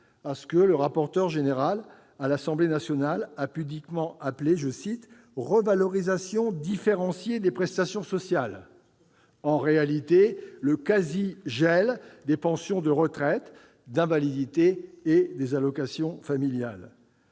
à ce que le rapporteur général de l'Assemblée nationale a pudiquement appelé la « revalorisation différenciée » des prestations sociales. En réalité, il s'agit d'un quasi-gel des pensions de retraite et d'invalidité et des allocations familiales.